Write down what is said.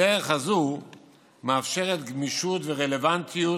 הדרך הזאת מאפשרת גמישות ורלוונטיות